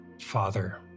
Father